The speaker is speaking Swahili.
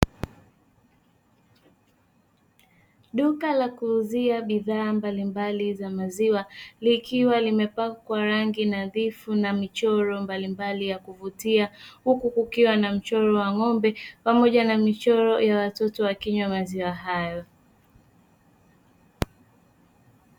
Duka la kuuzia bidhaa mbalimbali za maziwa likiwa limepakwa rangi nadhifu na michoro mbalimbali ya kuvutia, huku kukiwa na michoro ya ya ng'ombe pamoja na michoro ya watoto wakinywa maziwa hayo.